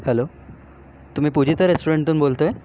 hello तुम्ही पूजिता रेस्टॉरंटतून बोलत आहे